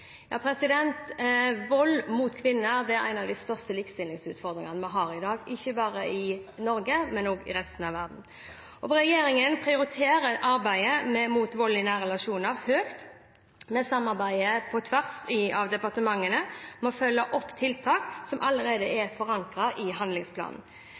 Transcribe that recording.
Vold mot kvinner er en av de største likestillingsutfordringene vi har i dag, ikke bare i Norge, men også i resten av verden. Regjeringen prioriterer arbeidet mot vold i nære relasjoner høyt. Vi samarbeider på tvers av departementene med å følge opp tiltak som allerede er forankret i handlingsplanen.